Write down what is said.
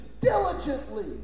Diligently